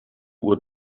uhr